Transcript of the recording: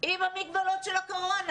עם המגבלות של הקורונה.